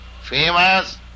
famous